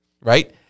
right